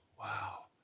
wow,